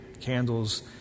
candles